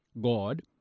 God